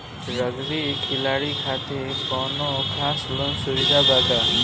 Rugby खिलाड़ी खातिर कौनो खास लोन सुविधा बा का?